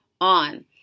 on